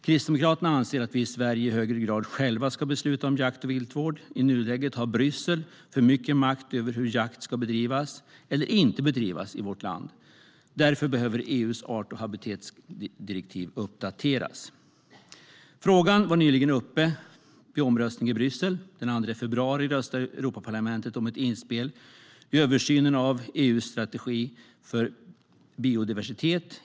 Kristdemokraterna anser att vi i Sverige i högre grad själva ska besluta om jakt och viltvård. I nuläget har Bryssel för mycket makt över hur jakt ska bedrivas - eller inte bedrivas - i vårt land. Därför behöver EU:s art och habitatdirektiv uppdateras. Frågan var nyligen uppe vid en omröstning i Bryssel. Den 2 februari röstade Europaparlamentet om ett inspel i översynen av EU:s strategi för biodiversitet.